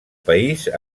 país